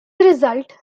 result